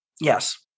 Yes